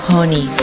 Honey